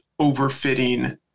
overfitting